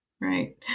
right